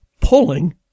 pulling